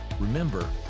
Remember